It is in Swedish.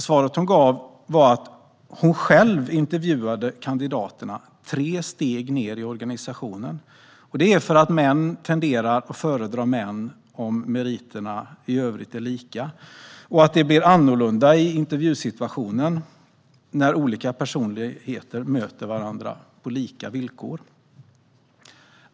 Svaret hon gav var att hon själv intervjuar kandidaterna tre steg ned i organisationen. Det gör hon för att män tenderar att föredra män om meriterna i övrigt är lika och att det blir annorlunda i intervjusituationen när olika personligheter möter varandra på lika villkor.